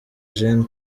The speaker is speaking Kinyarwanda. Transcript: gen